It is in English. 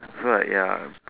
so like ya